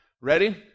Ready